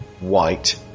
white